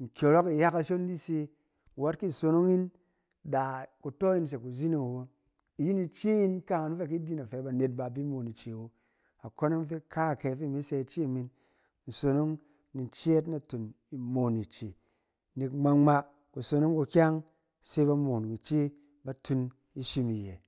nkyɔrɔng iya kashon di se, wat ki sonong yin da kuto yin se kuzining awo, iyin ice yin kaangan fɛ a ki di yin da fɛ banet ba bi imoon ice awo. Akone fɛ kaakyɛ fi imi sɛ ice, in sonong ni cɛɛt naton imoon ice, nɛk ngma ngma kusonong kukyang se ba moon ice, ba tung i shim iyɛ.